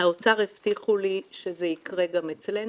האוצר הבטיחו לי שזה יקרה גם אצלנו.